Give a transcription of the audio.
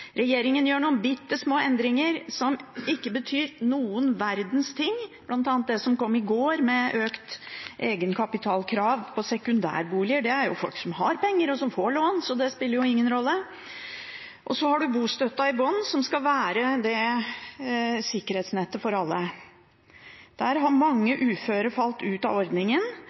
Regjeringen gjør noen bittesmå endringer som ikke betyr noen verdens ting, bl.a. det som kom i går med økt egenkapitalkrav på sekundærboliger. Det gjelder folk som har penger, og som får lån, så det spiller jo ingen rolle. Og så har man bostøtten i bunnen, som skal være sikkerhetsnettet for alle. Mange uføre har falt ut av ordningen,